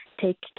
take